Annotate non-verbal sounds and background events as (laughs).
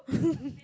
(laughs)